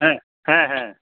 হ্যাঁ হ্যাঁ হ্যাঁ